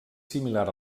similar